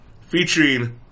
featuring